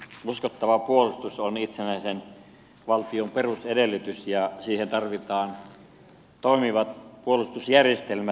uskottava puolustus on itsenäisen valtion perusedellytys ja siihen tarvitaan toimivat puolustusjärjestelmät